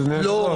אדוני היושב-ראש?